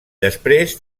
després